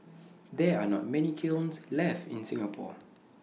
there are not many kilns left in Singapore